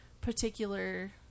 particular